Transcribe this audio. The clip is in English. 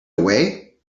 away